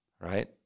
right